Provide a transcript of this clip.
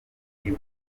nibwo